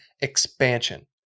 expansion